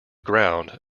ground